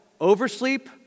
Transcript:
oversleep